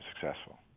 successful